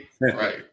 right